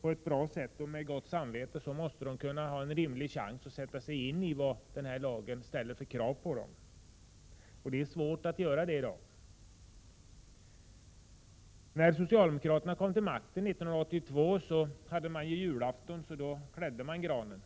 på ett bra sätt och med gott samvete, måste de också ha en rimlig chans att sätta sig in i vad lagen ställer för krav på dem. Det är svårt att göra det i dag. När socialdemokraterna kom till makten 1982 firade de julafton. Då klädde de granen.